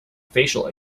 facial